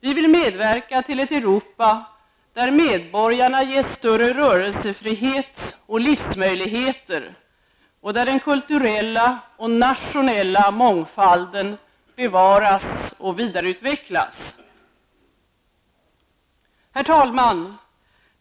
Vi vill medverka till ett Europa där medborgarna ges större rörelsefrihet och livsmöjligheter och där den kulturella och nationella mångfalden bevaras och vidareutvecklas. Herr talman!